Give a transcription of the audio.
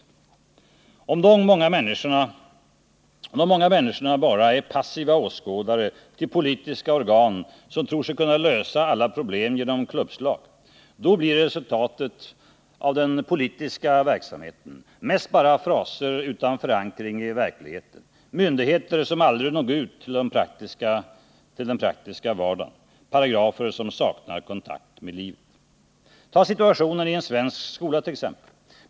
Om de många människorna bara är passiva åskådare till politiska organ som tror sig kunna lösa alla problem genom klubbslag — då blir resultatet av den politiska verksamheten mest bara fraser utan förankring i verkligheten, myndigheter som aldrig når ut till den praktiska vardagen, paragrafer som saknar kontakt med livet. Ta situationen i en svensk skola t.ex.